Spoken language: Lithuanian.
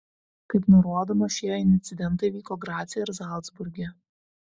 kaip nurodoma šie incidentai įvyko grace ir zalcburge